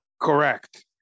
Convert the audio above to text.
correct